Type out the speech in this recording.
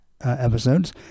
episodes